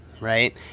right